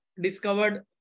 discovered